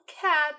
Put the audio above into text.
cat